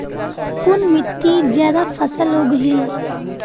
कुन मिट्टी ज्यादा फसल उगहिल?